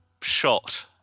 shot